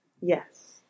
Yes